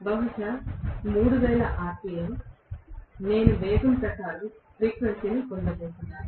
కాబట్టి బహుశా 3000 rpm నేను వేగం ప్రకారం ఫ్రీక్వెన్సీని పొందబోతున్నాను